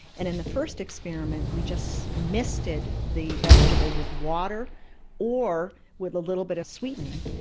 and in the first experiment we just misted the vegetable with water or with a little bit of sweetening,